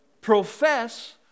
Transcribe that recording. profess